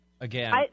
Again